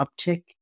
uptick